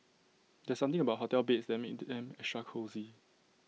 there's something about hotel beds that makes them extra cosy